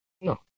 no